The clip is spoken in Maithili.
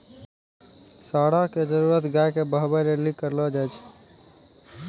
साँड़ा के जरुरत गाय के बहबै लेली करलो जाय छै